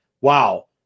wow